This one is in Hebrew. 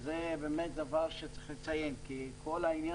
וזה דבר שצריך לציין, כי כל הזמן